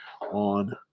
on